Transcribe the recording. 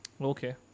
Okay